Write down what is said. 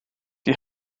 die